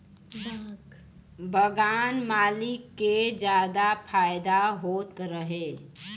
बगान मालिक के जादा फायदा होत रहे